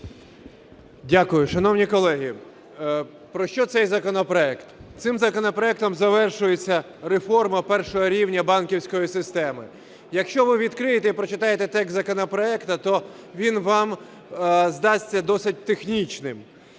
Дякую. Шановні колеги, про що цей законопроект? Цим законопроектом завершується реформа першого рівня банківської системи. Якщо ви відкриєте і прочитаєте текст законопроекту, то він вам здасться досить технічним